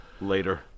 later